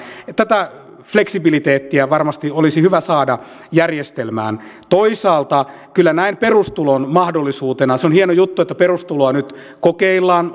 tätä fleksibiliteettiä varmasti olisi hyvä saada järjestelmään toisaalta kyllä näen perustulon mahdollisuutena se on hieno juttu että perustuloa nyt kokeillaan